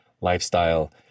lifestyle